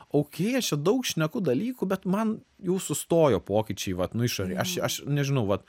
okei aš čia daug šneku dalykų bet man jau sustojo pokyčiai vat nu išorėj aš aš nežinau vat